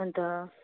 अन्त